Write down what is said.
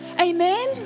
amen